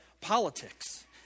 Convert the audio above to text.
politics